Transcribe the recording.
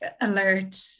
alert